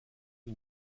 pas